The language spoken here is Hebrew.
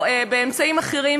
או באמצעים אחרים,